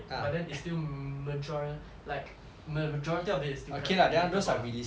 but then it's still major~ like majority of it is still quite relatable lah